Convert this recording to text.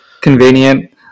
convenient